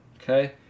okay